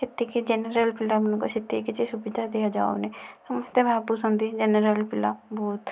ଏତିକି ଜେନେରାଲ ପିଲାମାନଙ୍କୁ ସେତିକି କିଛି ସୁବିଧା ଦିଆଯାଉନାହିଁ ସମସ୍ତେ ଭାବୁଛନ୍ତି ଜେନେରାଲ ପିଲା ବହୁତ